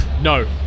no